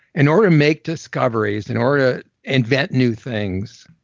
in order to make discoveries, in order to invent new things,